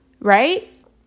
Right